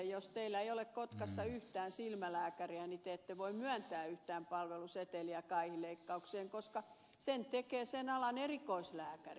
jos teillä ei ole kotkassa yhtään silmälääkäriä niin te ette voi myöntää yhtään palveluseteliä kaihileikkaukseen koska sen tekee sen alan erikoislääkäri